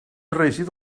reeixit